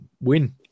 win